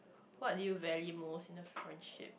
what do you value most in a friendship